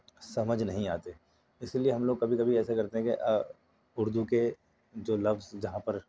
سمجھ نہیں آتے اِسی لیے ہم لوگ کبھی کبھی ایسا کرتے ہیں کہ اُردو کے جو لفظ جہاں پر